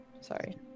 Sorry